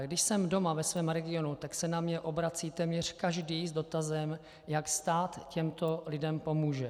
Když jsem doma ve svém regionu, tak se na mě obrací téměř každý s dotazem, jak stát těmto lidem pomůže.